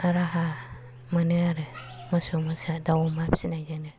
राहा मोनो आरो मोसौ मोसा दाव अमा फिसिनायजोंनो